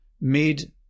made